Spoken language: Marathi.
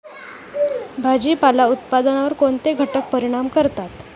भाजीपाला उत्पादनावर कोणते घटक परिणाम करतात?